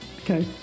okay